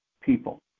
people